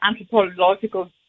anthropological